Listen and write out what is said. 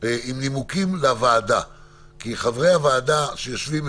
ואם לא, מעלים את זה לוועדת השרים,